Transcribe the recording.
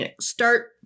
start